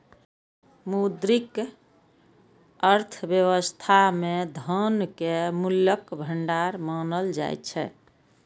मौद्रिक अर्थव्यवस्था मे धन कें मूल्यक भंडार मानल जाइ छै